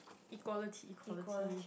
equality equality